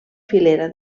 filera